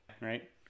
right